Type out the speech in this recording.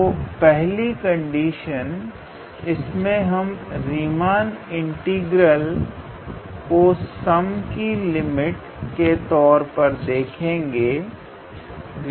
तो पहली कंडीशन इसमें हम रीमान इंटीग्रल को सम की लिमिट के तौर पर देखेंगे